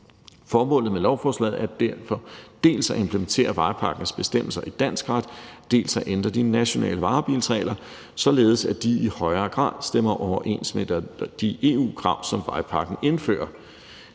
Formålet med lovforslaget er derfor dels at implementere vejpakkens bestemmelser i dansk ret, dels at ændre de nationale varebilsregler, således at de i højere grad stemmer overens med de EU-krav, som vejpakken indfører.